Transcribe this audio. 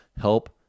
help